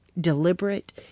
deliberate